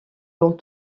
dans